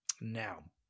Now